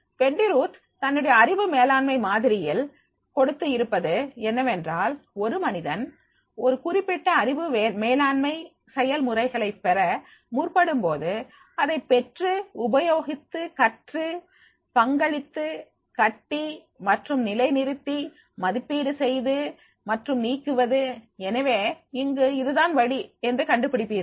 Wendy Ruth தன்னுடைய அறிவு மேலாண்மை மாதிரியில் கொடுத்து இருப்பது என்னவென்றால் ஒரு மனிதன் ஒரு குறிப்பிட்ட அறிவு மேலாண்மை செயல்முறைகளை பெற முற்படும்போது அதைப் பெற்று உபயோகித்து கற்று பங்களித்து கட்டி மற்றும் நிலை நிறுத்தி மதிப்பீடு செய்து மற்றும் நீக்குவது எனவே இங்கு இது தான் வழி என்று கண்டுபிடிப்பீர்கள்